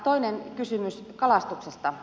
toinen kysymys kalastuksesta